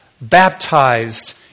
baptized